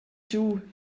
giu